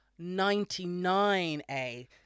99A